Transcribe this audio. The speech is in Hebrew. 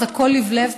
הכול לבלב,